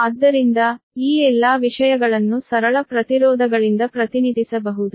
ಆದ್ದರಿಂದ ಈ ಎಲ್ಲಾ ವಿಷಯಗಳನ್ನು ಸರಳ ಪ್ರತಿರೋಧಗಳಿಂದ ಪ್ರತಿನಿಧಿಸಬಹುದು